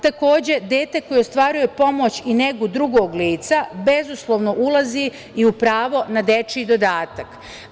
Takođe, dete koje ostvaruje pomoć i negu drugog lica bezuslovno ulazi i u pravo na dečiji dodatak.